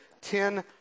ten